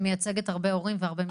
היא מייצגת הרבה הורים והרבה משפחות.